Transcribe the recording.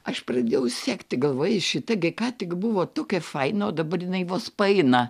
aš pradėjau sekti galvoju šita gi ką tik buvo tokia faina o dabar jinai vos paeina